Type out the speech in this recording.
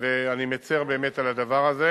ואני מצר באמת על הדבר הזה.